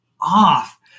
off